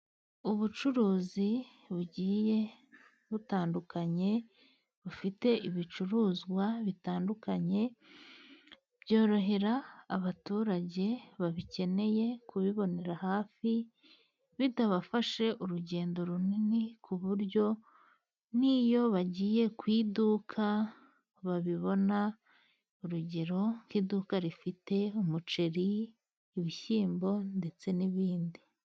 Ubucuruzi bugiye butandukanye bufite ibicuruzwa bitandukanye byorohera abaturage babikeneye kubibonera hafi bitabafashe urugendo runini ku buryo n'iyo bagiye ku iduka babibona, urugero: nk' iduka rifite umuceri, ibishyimbo ndetse n'ibindi.